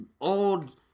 Old